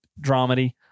dramedy